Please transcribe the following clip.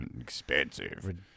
Expensive